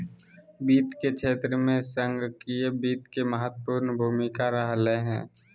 वित्त के क्षेत्र में संगणकीय वित्त के महत्वपूर्ण भूमिका रहलय हें